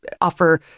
offer